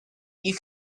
you